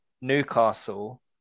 Newcastle